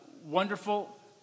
wonderful